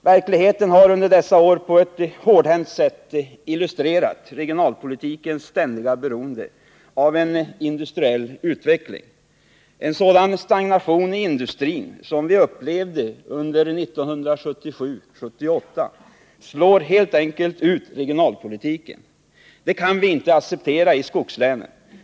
Verkligheten har under dessa år på ett hårdhänt sätt illustrerat regionalpolitikens ständiga beroende av en industriell utveckling. En sådan stagnation i industrin som vi upplevde under 1977 och 1978 slår helt enkelt ut regionalpolitiken. Det kan vi inte acceptera i skogslänen.